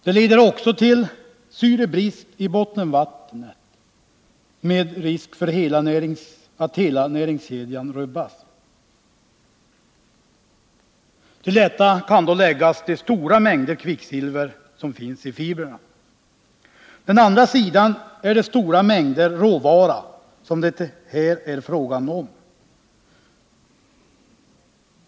Det leder till syrebrist i bottenvattnet med risk för att hela näringskedjan rubbas. Till detta kanläggas de stora mängder kvicksilver som finns i fibrerna. Den andra sidan av problemet är de stora mängder råvara som det här är fråga om.